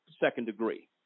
second-degree